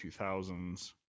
2000s